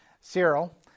Cyril